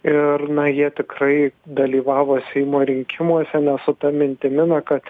ir na jie tikrai dalyvavo seimo rinkimuose nes su ta mintimi kad